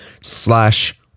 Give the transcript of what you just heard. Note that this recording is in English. slash